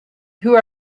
who